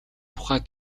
тухай